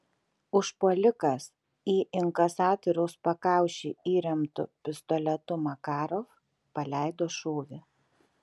užpuolikas į inkasatoriaus pakaušį įremtu pistoletu makarov paleido šūvį